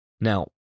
Now